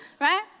right